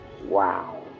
Wow